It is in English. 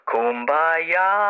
Kumbaya